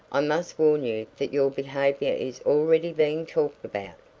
i must warn you that your behavior is already being talked about.